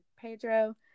Pedro